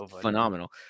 phenomenal